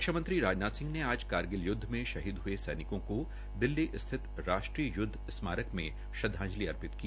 रक्षा मंत्री राजनाथ सिंह ने आज कारगिल युद्ध में शहीद हये सैनिकों को दिल्ली स्थित राष्ट्रीय युद्ध स्मारक में श्रद्वांजलि अर्पित की